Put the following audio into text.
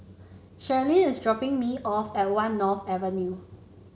Cherilyn is dropping me off at One North Avenue